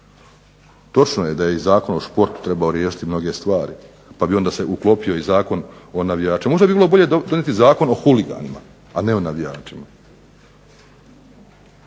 Točno je da je Zakon o športu trebao riješiti mnoge stvari, pa bi se uklopio i Zakon o navijačima. Možda bi bilo dobro donijeti Zakon o huliganima, a ne o navijačima.